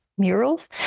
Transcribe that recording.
murals